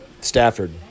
Stafford